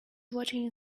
watching